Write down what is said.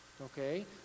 Okay